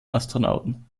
astronauten